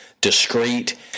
discreet